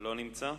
לא נמצא.